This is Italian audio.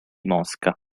mosca